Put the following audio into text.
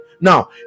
Now